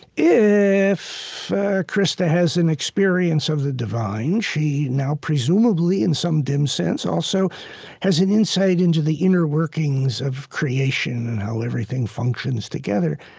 if krista has an experience of the divine, she now presumably, in some dim sense, also has an insight into the inner workings of creation and how everything functions together.